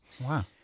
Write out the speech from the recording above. Wow